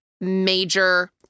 major